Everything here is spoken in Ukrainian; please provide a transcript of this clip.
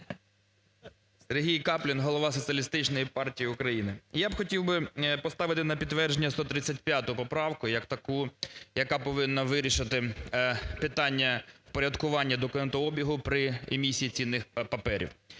Сергій Каплін, голова Соціалістичної партії України. Я б хотів би поставити на підтвердження 135 поправку як таку, яка повинна вирішити питання впорядкування документообігу при емісії цінних паперів.